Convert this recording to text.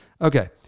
Okay